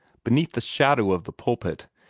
beneath the shadow of the pulpit,